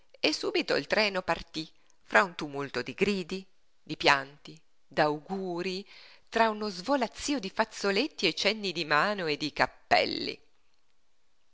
e subito il treno partí fra un tumulto di gridi di pianti d'augurii tra uno svolazzío di fazzoletti e cenni di mani e di cappelli